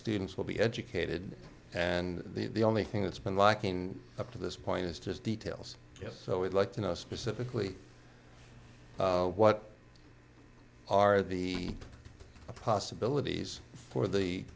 students will be educated and the only thing that's been lacking up to this point is to details so we'd like to know specifically what are the possibilities for the